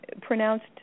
pronounced